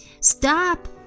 Stop